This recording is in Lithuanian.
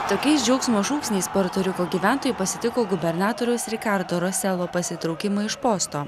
tokiais džiaugsmo šūksniais puerto riko gyventojai pasitiko gubernatoriaus rikardo roselo pasitraukimą iš posto